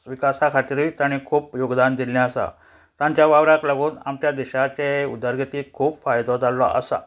विकासा खातीरूय ताणें खूब योगदान दिल्लें आसा तांच्या वावराक लागून आमच्या देशाचे उदरगतीक खूब फायदो जाल्लो आसा